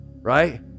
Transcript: right